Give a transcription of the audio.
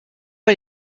pas